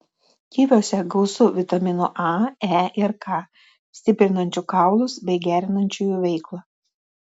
kiviuose gausu vitaminų a e ir k stiprinančių kaulus bei gerinančių jų veiklą